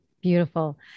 Beautiful